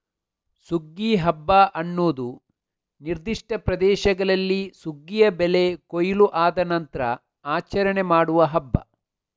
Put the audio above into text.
ಸುಗ್ಗಿ ಹಬ್ಬ ಅನ್ನುದು ನಿರ್ದಿಷ್ಟ ಪ್ರದೇಶಗಳಲ್ಲಿ ಸುಗ್ಗಿಯ ಬೆಳೆ ಕೊಯ್ಲು ಆದ ನಂತ್ರ ಆಚರಣೆ ಮಾಡುವ ಹಬ್ಬ